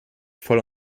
voll